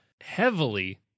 heavily